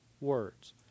words